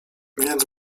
więc